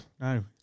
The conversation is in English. No